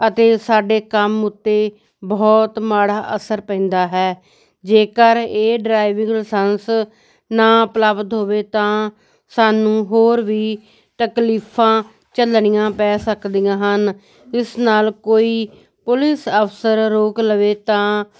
ਅਤੇ ਸਾਡੇ ਕੰਮ ਉੱਤੇ ਬਹੁਤ ਮਾੜਾ ਅਸਰ ਪੈਂਦਾ ਹੈ ਜੇਕਰ ਇਹ ਡਰਾਈਵਿੰਗ ਲਾਇਸੰਸ ਨਾ ਉਪਲਬਧ ਹੋਵੇ ਤਾਂ ਸਾਨੂੰ ਹੋਰ ਵੀ ਤਕਲੀਫਾਂ ਝੱਲਣੀਆਂ ਪੈ ਸਕਦੀਆਂ ਹਨ ਇਸ ਨਾਲ ਕੋਈ ਪੁਲਿਸ ਅਫਸਰ ਰੋਕ ਲਵੇ ਤਾਂ